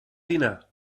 dinar